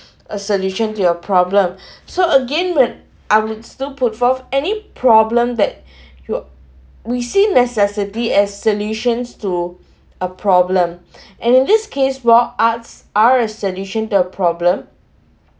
a solution to your problem so again that I would still put forth any problem that yo~ we see necessity as solutions to a problem and in this case while arts are a solution to a problem